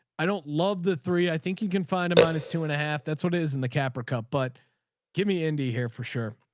i don't love the three. i think you can find them on is two and a half. that's what it is in the capper cup. but give me indie here. for sure.